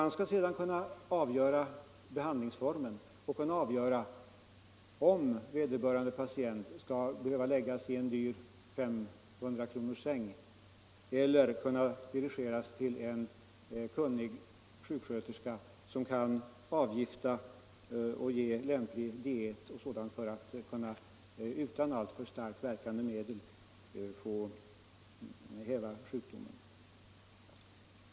Han skall sedan kunna bestämma behandlingsformen, dvs. avgöra om vederbörande patient skall behöva läggas i en 500-kronorssäng eller kunna dirigeras till en kunnig sjuksköterska som kan avgifta och ge lämplig diet m.m. för att utan alltför starkt verkande medel häva sjukdomen.